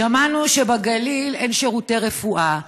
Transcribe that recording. שמענו שבגליל אין שירותי רפואה,